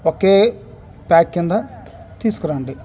ఒకే pack క్రింద తీసుకురండి